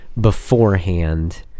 beforehand